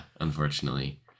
unfortunately